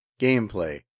Gameplay